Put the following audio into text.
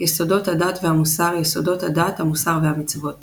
יסודות הדת והמוסר – יסודות הדת, המוסר והמצוות